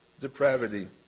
depravity